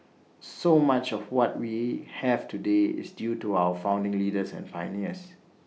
so much of what we have today is due to our founding leaders and pioneers